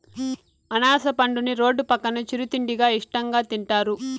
అనాస పండుని రోడ్డు పక్కన చిరు తిండిగా ఇష్టంగా తింటారు